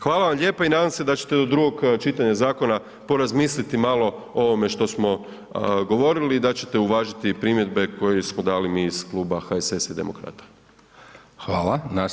Hvala vam lijepo i nadam se da ćete do drugog čitanja zakona, porazmisliti malo o ovome što smo govorili i da ćete uvažiti primjedbe koje smo dali mi iz Kluba HSS i demokrata.